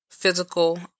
physical